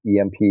EMP